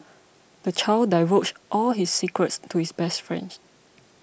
the child divulged all his secrets to his best friend